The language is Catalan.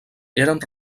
eren